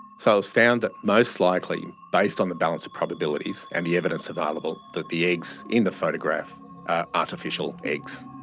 so it was found that most likely, based on the balance of probabilities and the evidence available, that the eggs in the photograph are artificial eggs.